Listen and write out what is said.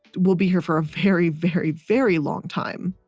we'll be here for a very, very, very long time.